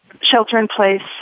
shelter-in-place